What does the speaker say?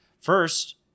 First